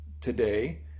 today